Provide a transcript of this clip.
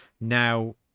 Now